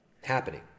happening